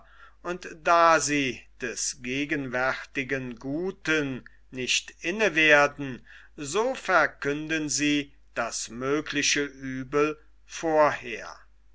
und da sie des gegenwärtigen guten nicht inne werden so verkünden sie das mögliche uebel vorher